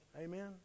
amen